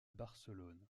barcelone